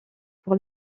pour